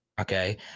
okay